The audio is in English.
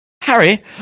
Harry